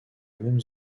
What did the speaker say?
même